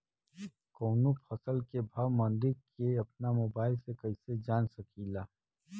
कवनो फसल के भाव मंडी के अपना मोबाइल से कइसे जान सकीला?